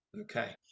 okay